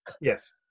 Yes